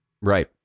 Right